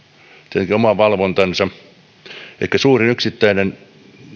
tietenkin oma valvontansa ehkä suurin yksittäinen